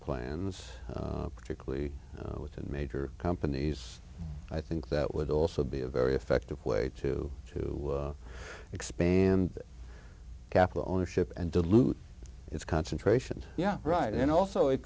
plans particularly within major companies i think that would also be a very effective way to to expand capital ownership and dilute its concentration yeah right and also it